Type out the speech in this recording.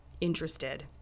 interested